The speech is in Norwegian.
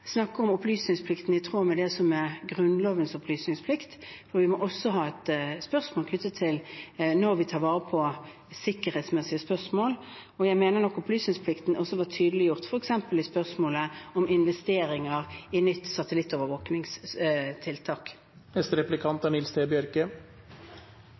snakker om opplysningsplikten i tråd med det som er grunnlovens bestemmelse om opplysningsplikt. Vi må også stille spørsmål om når vi skal ta vare på sikkerhetsmessige spørsmål. Jeg mener at opplysningsplikten også var tydeliggjort f.eks. i spørsmålet om investeringer i